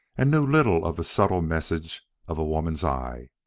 and knew little of the subtle message of a woman's eyes.